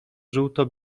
żółto